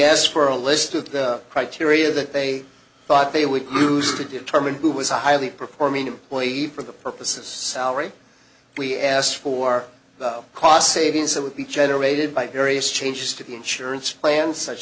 asked for a list of the criteria that they thought they would use to determine who was a highly performing employee for the purposes salary we asked for the cost savings that would be generated by various changes to the insurance plan such